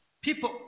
People